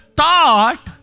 thought